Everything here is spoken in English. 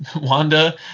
Wanda